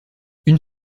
une